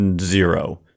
zero